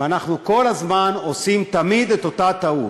ואנחנו כל הזמן עושים את אותה טעות: